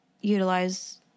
utilize